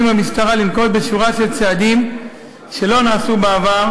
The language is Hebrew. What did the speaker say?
והמשטרה לנקוט שורה של צעדים שלא נעשו בעבר,